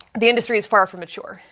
the industry is far from mature.